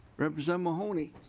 representative mahoney